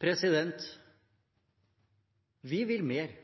Vi vil mer, vi vil mye mer